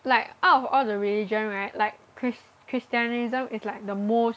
like out of all the religion right like Chris~ Christianism though is like the most